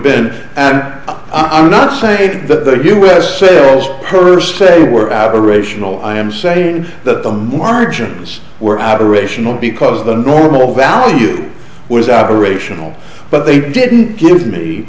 been and i'm not saying that the u s sales per se were aberrational i am saying that the margins were aberrational because the normal value was operational but they didn't give me